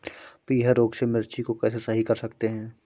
पीहर रोग से मिर्ची को कैसे सही कर सकते हैं?